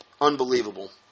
Unbelievable